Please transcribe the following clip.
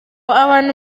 abantu